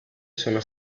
sono